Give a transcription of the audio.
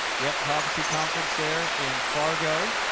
yep prophecy conference there in fargo?